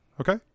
Okay